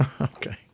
Okay